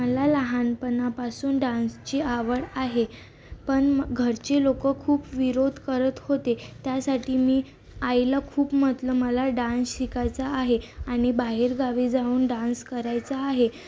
मला लहानपणापासून डान्सची आवड आहे पण घरचे लोकं खूप विरोध करत होते त्यासाठी मी आईला खूप म्हटलं मला डान्स शिकायचा आहे आणि बाहेरगावी जाऊन डान्स करायचा आहे